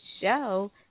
show